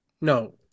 no